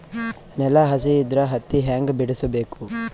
ನೆಲ ಹಸಿ ಇದ್ರ ಹತ್ತಿ ಹ್ಯಾಂಗ ಬಿಡಿಸಬೇಕು?